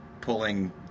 pulling